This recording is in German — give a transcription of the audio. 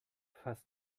fast